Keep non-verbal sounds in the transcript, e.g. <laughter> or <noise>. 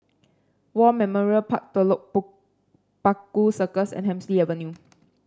War Memorial Park Telok <unintelligible> Paku Circus and Hemsley Avenue